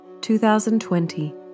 2020